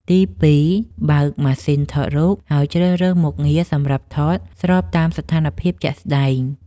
ទី2 បើកម៉ាស៊ីនថតហើយជ្រើសរើសមុខងារសម្រាប់ថតស្របតាមស្ថានភាពជាក់ស្តែង។